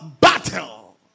battle